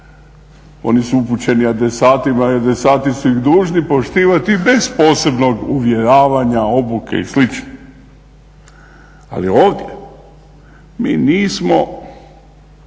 oni su upućeni adresatima i adresati su ih dužni poštivati bez posebnog uvjeravanja, obuke i slično. Ali ovdje mi nismo